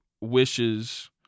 wishes